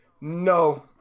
No